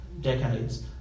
decades